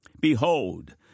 Behold